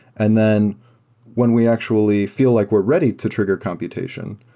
and then when we actually feel like we're ready to trigger computation,